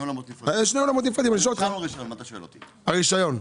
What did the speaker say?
נתחיל ברשיון.